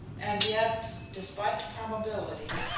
and yet, despite probability,